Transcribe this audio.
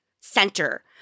center